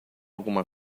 alguma